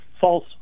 false